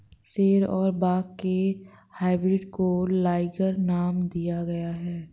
शेर और बाघ के हाइब्रिड को लाइगर नाम दिया गया है